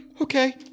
Okay